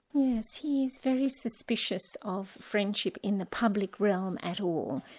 yes, he is very suspicious of friendship in the public realm at all.